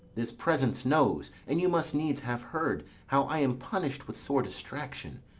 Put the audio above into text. this presence knows, and you must needs have heard, how i am punish'd with sore distraction.